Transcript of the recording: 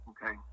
Okay